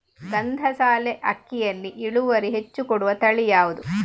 ಗಂಧಸಾಲೆ ಅಕ್ಕಿಯಲ್ಲಿ ಇಳುವರಿ ಹೆಚ್ಚು ಕೊಡುವ ತಳಿ ಯಾವುದು?